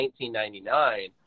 1999